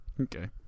Okay